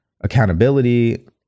accountability